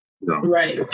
Right